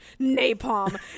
napalm